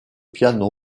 piano